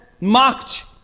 mocked